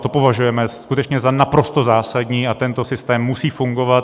To považujeme skutečně za naprosto zásadní a tento systém musí fungovat.